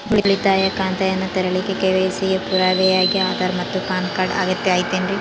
ಉಳಿತಾಯ ಖಾತೆಯನ್ನ ತೆರಿಲಿಕ್ಕೆ ಕೆ.ವೈ.ಸಿ ಗೆ ಪುರಾವೆಯಾಗಿ ಆಧಾರ್ ಮತ್ತು ಪ್ಯಾನ್ ಕಾರ್ಡ್ ಅಗತ್ಯ ಐತೇನ್ರಿ?